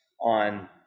on